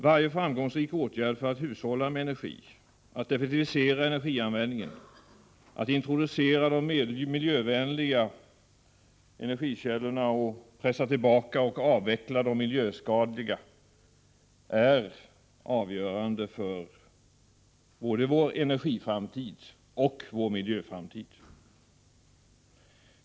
Varje framgångsrik åtgärd för att hushålla med energin, effektivisera energianvändningen, introducera de miljövänliga energikällorna och pressa tillbaka och avveckla de miljöskadliga är avgörande för både vår energiframtid och vår miljöframtid.